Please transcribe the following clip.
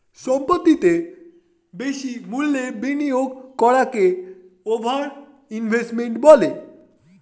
সম্পত্তিতে বেশি মূল্যের বিনিয়োগ করাকে ওভার ইনভেস্টিং বলে